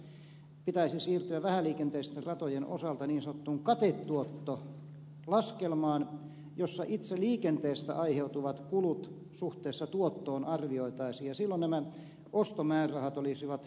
itse asiassa pitäisi siirtyä vähäliikenteisten ratojen osalta niin sanottuun katetuottolaskelmaan jossa itse liikenteestä aiheutuvat kulut suhteessa tuottoon arvioitaisiin ja silloin nämä ostomäärärahat olisivat tuntuvasti pienemmät